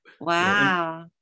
Wow